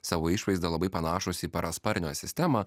savo išvaizda labai panašūs į parasparnio sistemą